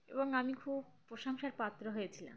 এবং আমি খুব প্রশংসার পাত্র হয়েছিলাম